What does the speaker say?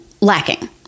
lacking